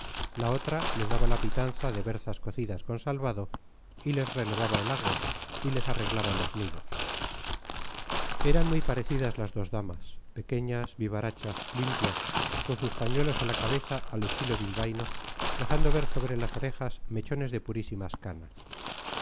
la otra les daba la pitanza de berzas cocidas con salvado y les renovaba el agua y les arreglaba los nidos eran muy parecidas las dos damas pequeñas vivarachas limpias con sus pañuelos a la cabeza a estilo bilbaíno dejando ver sobre las orejas mechones de purísimas canas